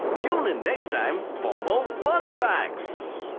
tune in next time for more fun facts!